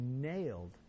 nailed